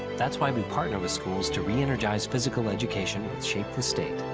that's why we partner with schools to re-energize physical education and shape the state.